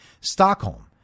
Stockholm